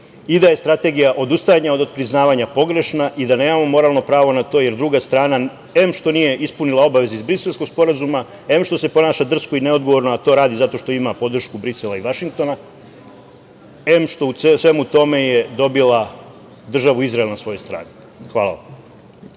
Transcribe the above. i da je Strategija odustajanja od odpriznavanja pogrešna i da nemamo moralno pravo na to, jer druga strana em što nije ispunila obaveze iz Briselskog sporazuma, em što se ponaša drsko i neodgovorno, a to radi zato što ima podršku Brisela i Vašingtona, em što je u svemu tome dobila državu Izrael na svojoj strani. Hvala vam.